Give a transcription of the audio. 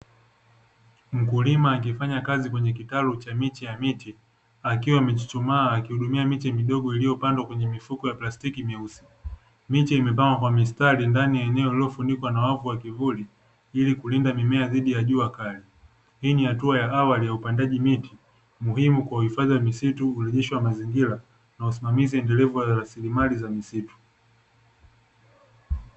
Mkulima akifanya kazi kwenye kitalu cha miche ya miti, akiwa amechuchumaa akihudumia miche midogo iliyopandwa kwenye mifuko ya plastiki mieusi. Miche imepangwa kwa mistari ndani ya eneo lililofunikwa na wavu wa kivuli ili kulinda mimea dhidi ya jua kali. Hii ni hatua ya awali ya upandaji miti, muhimu kwa uhifadhi wa misitu, urejeshi wa mazingira na usimamizi endelevu wa raslimali za misitu.